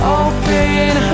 open